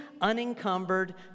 unencumbered